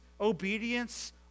obedience